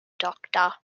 doctor